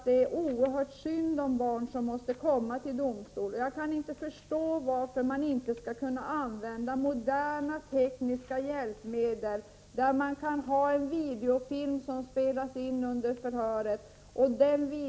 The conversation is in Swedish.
Det är oerhört synd om de barn som måste infinna sig i domstol. Jag kan inte förstå varför man inte skall kunna använda moderna tekniska hjälpmedel i dessa sammanhang. Man kunde väl spela in en videofilm under förhöret med barnen.